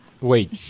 Wait